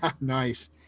Nice